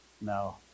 No